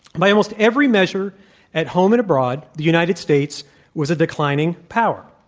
by almost every measure at home and abroad, the united states was a declining power.